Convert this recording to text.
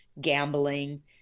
gambling